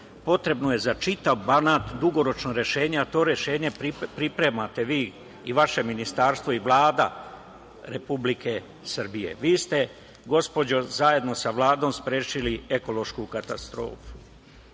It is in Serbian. potrebno je za čitav Banat, dugoročno rešenje, a to rešenje pripremate vi i vaše ministarstvo i Vlada Republike Srbije. Vi ste gospođo zajedno sa Vladom sprečili ekološku katastrofu.